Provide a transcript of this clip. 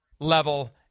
level